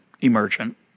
emergent